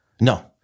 No